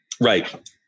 Right